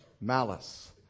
malice